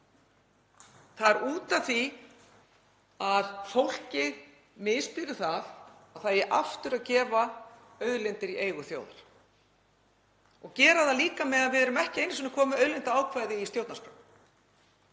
Það er út af því að fólki misbýður að það eigi aftur að gefa auðlindir í eigu þjóðar og gera það líka meðan við erum ekki einu sinni að koma með auðlindaákvæði í stjórnarskrá